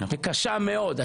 קשה מאוד.